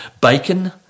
bacon